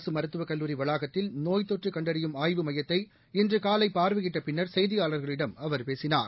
அரசுமருத்துவக் கல்லூரி வளாகத்தில் நோய்த் தொற்றுகண்டறியும் ஆய்வு மையத்தை இன்றுகாலைபார்வையிட்டபின்னர் செய்தியாளர்களிடம் அவர் பேசினார்